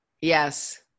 yes